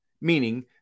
meaning